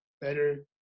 better